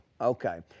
Okay